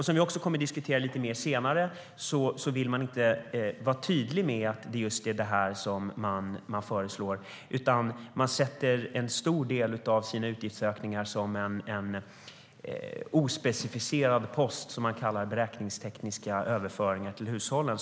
Som vi också kommer att diskutera lite mer senare vill man inte vara tydlig med att det är just detta man föreslår, utan man sätter en stor del av sina utgiftsökningar som en ospecificerad post som man kallar beräkningstekniska överföringar till hushållen.